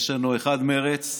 יש לנו אחד מרצ,